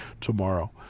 tomorrow